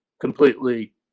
completely